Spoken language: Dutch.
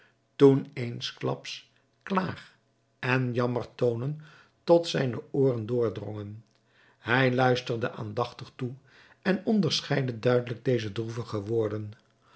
toen eensklaps klaag en jammertoonen tot zijne ooren doordrongen hij luisterde aandachtig toe en onderscheidde duidelijk deze droevige woorden